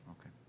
Okay